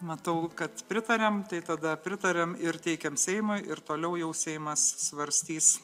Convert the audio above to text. matau kad pritariam tai tada pritariam ir teikiam seimui ir toliau jau seimas svarstys